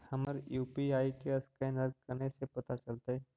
हमर यु.पी.आई के असकैनर कने से पता चलतै?